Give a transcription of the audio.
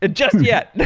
ah just yet.